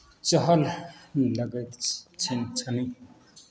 चहल लगैत छनि छनि